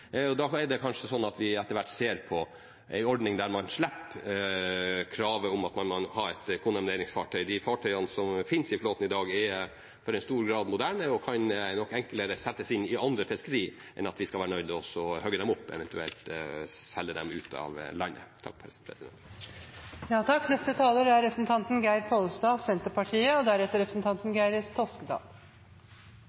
rasjonell. Da er det kanskje sånn at vi etter hvert ser på en ordning der man slipper kravet om at man må ha et kondemneringsfartøy. De fartøyene som finnes i flåten i dag, er i stor grad moderne og kan nok enklere settes inn i andre fiskerier enn at det skal være nødvendig å hogge dem opp, eventuelt selge dem ut av landet. Jeg kan fullt og helt slutte meg til innlegget som saksordføreren, Ingrid Heggø, holdt i denne saken. Det er